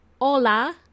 hola